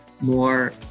more